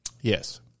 Yes